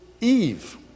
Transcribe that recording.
Eve